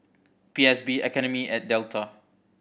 P S B Academy at Delta